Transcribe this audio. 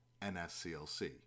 NSCLC